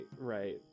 right